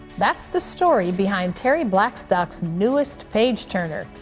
that's the story behind terry blackstock's newest page turner.